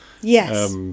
Yes